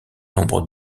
nombre